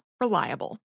Reliable